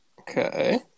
Okay